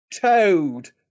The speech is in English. Toad